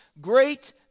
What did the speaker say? great